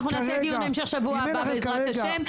אנחנו נקיים דיון המשך בשבוע הבא, בעזרת השם.